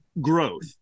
growth